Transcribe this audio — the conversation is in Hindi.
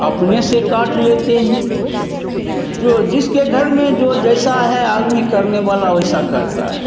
अपने से काट लेते हैं जो जिसके घर में जो जैसा है आदमी करने वाला ओइसा करता है